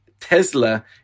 Tesla